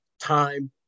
time